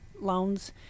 loans